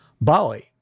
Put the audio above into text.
Bali